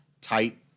tight